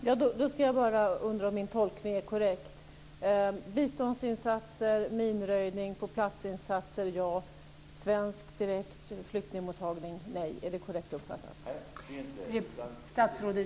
Fru talman! Jag undrar bara om min tolkning är korrekt, alltså: Biståndsinsatser, minröjning och påplats-insatser - ja. Svenskt direkt flyktingmottagning - nej. Är det korrekt uppfattat?